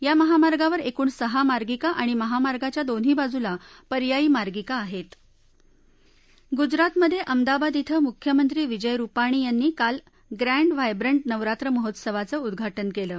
या महामार्गावर एकूण सहा मार्गिका आणि महामार्गाच्या दोन्ही बाजूला पर्यायी मार्गिका आहृत्त गुजरातमध अहमदाबाद इथं मुख्यमंत्री विजय रुपाणी यांनी काल ग्रँड व्हायब्रंट नवरात्र महोत्सवाचं उद्दाटन कलि